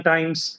Times